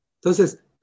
Entonces